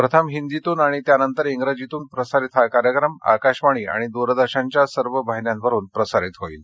प्रथम हिंदीतून आणि त्यानंतर जीतून प्रसारित हा कार्यक्रम आकाशवाणी आणि दूरदर्शनच्या सर्व वाहिन्यांवरुन प्रसारित होईल